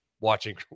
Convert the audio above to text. watching